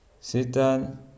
Satan